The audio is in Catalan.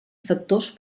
factors